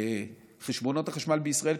חשבונות החשמל בישראל,